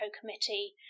committee